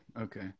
Okay